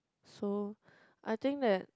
so I think that